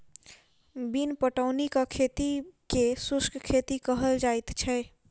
बिन पटौनीक खेती के शुष्क खेती कहल जाइत छै